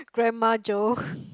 grandma Jo